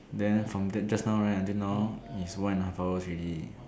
then from that just now right until now is one and a half hours already